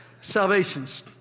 Salvations